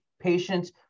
patients